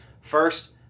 First